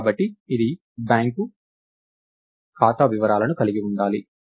కాబట్టి ఇది బ్యాంకు ఖాతా వివరాలను కలిగి ఉండాలి